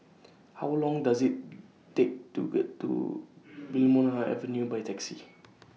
How Long Does IT Take to get to Wilmonar Avenue By Taxi